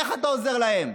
איך אתה עוזר להם?